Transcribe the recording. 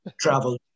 travel